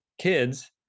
kids